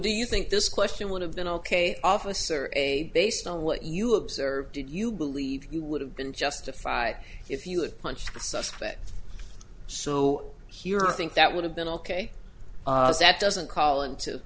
do you think this question would have been ok officer a based on what you observed did you believe you would have been justified if you had punched the suspect so here i think that would have been ok that doesn't call into